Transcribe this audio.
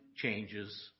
changes